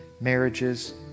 marriages